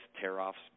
tear-offs